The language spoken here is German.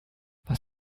was